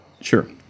Sure